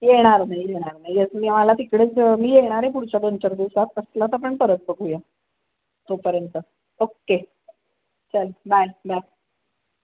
येणार नाही येणार नाही येस मिळाला तिकडेच मी येणार आहे पुढच्या दोन चार दिवसात असला तर आपण परत बघूया तोपर्यंत ओक्के चल बाय बाय